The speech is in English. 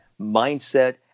mindset